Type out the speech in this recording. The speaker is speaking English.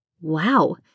wow